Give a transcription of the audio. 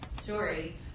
Story